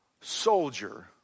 soldier